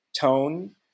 tone